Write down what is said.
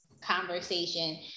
conversation